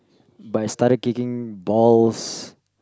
but I started kicking balls